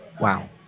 Wow